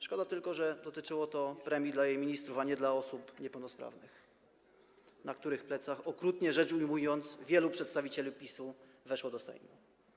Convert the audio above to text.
Szkoda tylko, że dotyczyło to premii dla jej ministrów, a nie dla osób niepełnosprawnych, na których plecach, okrutnie rzecz ujmując, wielu przedstawicieli PiS-u weszło do Sejmu.